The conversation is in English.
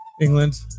England